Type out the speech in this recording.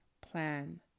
plan